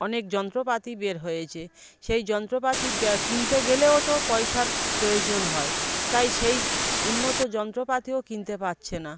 অনেক যন্ত্রপাতি বের হয়েছে সেই যন্ত্রপাতি ব্যা কিনতে গেলেও তো পয়সার প্রয়োজন হয় তাই সেই উন্নত যন্ত্রপাতিও কিনতে পারছে না